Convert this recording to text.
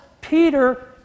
Peter